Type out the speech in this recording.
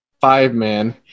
five-man